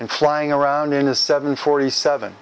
in flying around in a seven forty seven